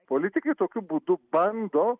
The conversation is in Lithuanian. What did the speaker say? politikai tokiu būdu bando